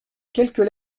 quelques